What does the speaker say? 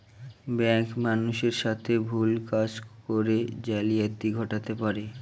bank মানুষের সাথে ভুল কাজ করে জালিয়াতি ঘটাতে পারে